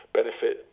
benefit